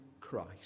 Christ